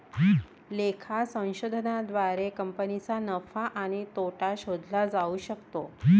लेखा संशोधनाद्वारे कंपनीचा नफा आणि तोटा शोधला जाऊ शकतो